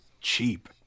cheap